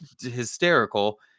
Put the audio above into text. hysterical